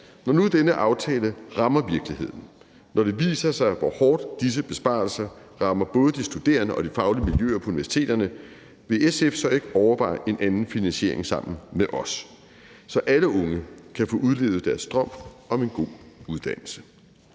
Når nu denne aftale rammer virkeligheden, når det viser sig, hvor hårdt disse besparelser rammer både de studerende og de faglige miljøer på universiteterne, vil SF så ikke overveje en anden finansiering sammen med os, så alle unge kan få udlevet deres drøm om en god uddannelse?